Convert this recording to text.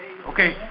Okay